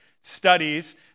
studies